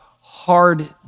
hard